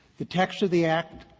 the text of the act,